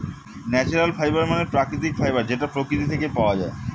natural fibre মানে প্রাকৃতিক fibre যেটা প্রকৃতি থেকে পাওয়া যায়